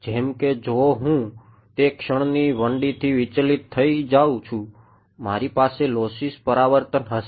જેમ કે જો હું તે ક્ષણથી 1 D થી વિચલિત થઈ જાઉં છું મારી પાસે લોસ્સી પરાવર્તન હશે